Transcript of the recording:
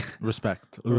respect